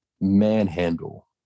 Manhandle